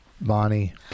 Bonnie